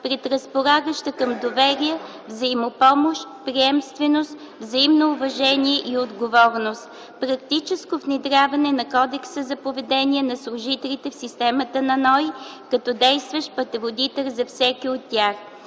предразполагаща към доверие, взаимопомощ, приемственост, взаимно уважение и отговорност. Практическо внедряване на Кодекса за поведение на служителите в системата на НОИ като действащ пътеводител за всеки от тях.